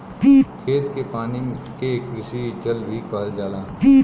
खेत के पानी के कृषि जल भी कहल जाला